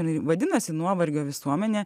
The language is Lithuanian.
jinai vadinasi nuovargio visuomenė